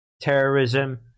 terrorism